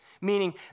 Meaning